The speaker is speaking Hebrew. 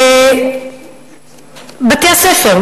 בתי-הספר,